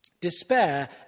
Despair